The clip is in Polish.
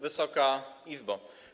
Wysoka Izbo!